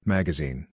Magazine